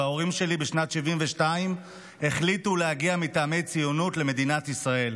ובשנת 1972 ההורים שלי החליטו להגיע מטעמי ציונות למדינת ישראל.